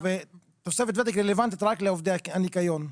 ותוספת ותק רלוונטית רק לעובדי הניקיון.